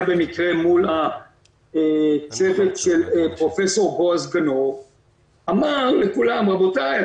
במקרה מול הצוות של פרופ' בועז גנור הוא אמר: רבותי,